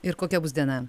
ir kokia bus diena